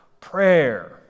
Prayer